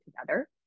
together